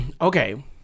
Okay